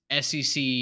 SEC